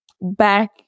back